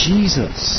Jesus